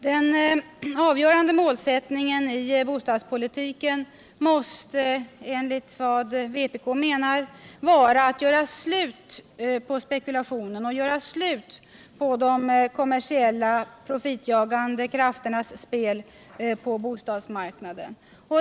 Den avgörande målsättningen i bostadspolitiken måste enligt vad vpk menar vara att göra slut på spekulationen, göra slut på de kommersiella profitjagande krafternas spel på bostadsmarknaden.